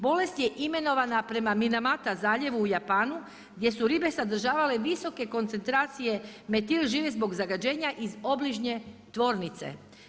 Bolest je imenovana prema Minamata zaljevu u Japanu gdje su ribe sadržavale visoke koncentracije metil žive zbog zagađenja iz obližnje tvornice.